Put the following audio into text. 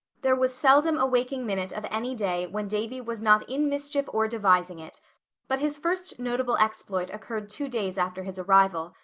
there was seldom a waking minute of any day when davy was not in mischief or devising it but his first notable exploit occurred two days after his arrival,